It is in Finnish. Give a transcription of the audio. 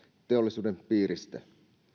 teollisuuden piiristä